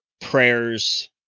prayers